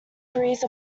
breeze